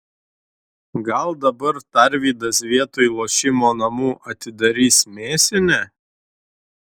gal dabar tarvydas vietoj lošimo namų atidarys mėsinę